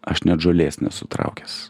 aš net žolės nesu traukęs